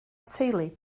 teulu